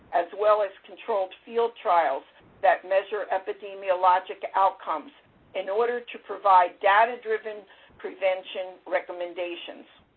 as well as controlled field trials that measure epidemiologic outcomes in order to provide data-driven prevention recommendations.